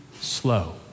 slow